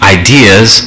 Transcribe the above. ideas